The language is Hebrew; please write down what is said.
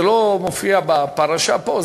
זה לא מופיע בפרשה פה,